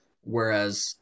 Whereas